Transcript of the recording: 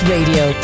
Radio